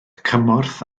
cymorth